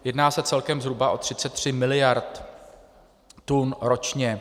Jedná se celkem zhruba o 33 mld. tun ročně.